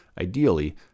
ideally